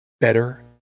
better